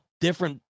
different